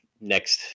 next